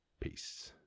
peace